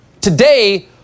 Today